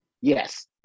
yes